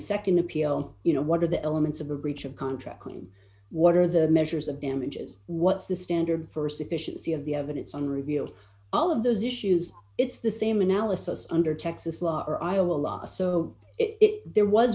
nd appeal you know what are the elements of a breach of contract claim what are the measures of damages what's the standard for sufficiency of the evidence on review all of those issues it's the same analysis under texas law or iowa law so it there was